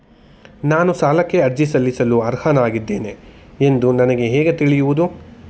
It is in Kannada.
ನಾನು ಸಾಲಕ್ಕೆ ಅರ್ಜಿ ಸಲ್ಲಿಸಲು ಅರ್ಹನಾಗಿದ್ದೇನೆ ಎಂದು ನನಗೆ ಹೇಗೆ ತಿಳಿಯುವುದು?